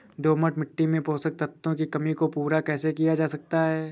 दोमट मिट्टी में पोषक तत्वों की कमी को पूरा कैसे किया जा सकता है?